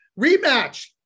Rematch